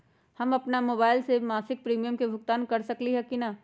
हम अपन मोबाइल से मासिक प्रीमियम के भुगतान कर सकली ह की न?